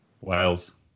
Wales